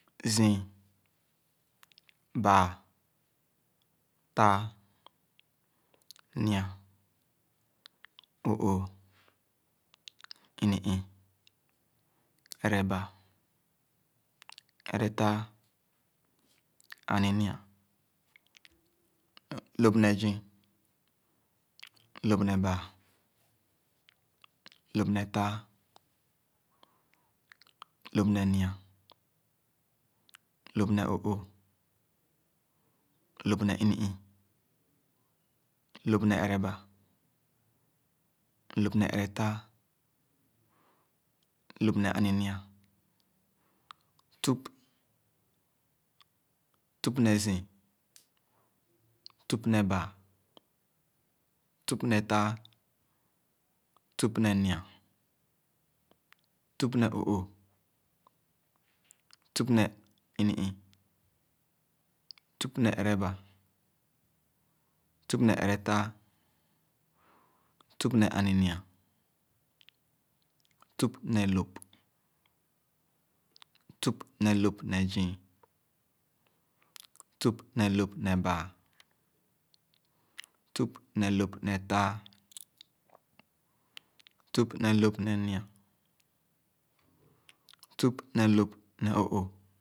Zii, bãã, tãã, nyi-a, o õõh, ini-ii, ẽrebà, èretãã, aninyia, en lõp ne zii, lõp ne baa, lõp ne tãã, lõp ne nyi-a, lõp ne oõõh, lõp ne ini-ii, lõp ne ẽrebà, lõp ne èretàà, lõp ne àninyia, tüp, tüp ne zii, tüp ne bàà, tüp ne èrebã, tüp ne top ne tãã, tüp ne lop ne nyi-a, tüp ne lõp ne ó õõh